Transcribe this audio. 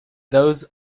those